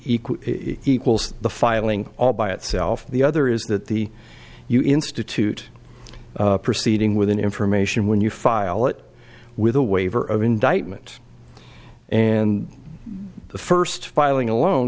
equals the filing all by itself the other is that the you institute proceeding with an information when you file it with a waiver of indictment and the first filing alone